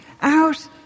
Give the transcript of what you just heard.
out